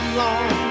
long